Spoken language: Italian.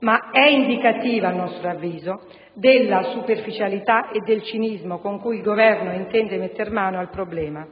ma è indicativa, a nostro avviso, della superficialità e del cinismo con cui il Governo intende metter mano al problema.